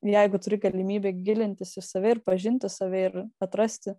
jeigu turi galimybę gilintis į save ir pažinti save ir atrasti